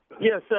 Yes